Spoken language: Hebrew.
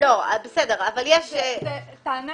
טענה